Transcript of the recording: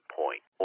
point